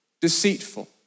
deceitful